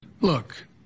Look